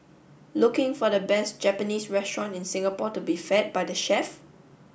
looking for the best Japanese restaurant in Singapore to be fed by the chef